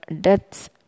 deaths